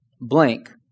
blank